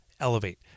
Elevate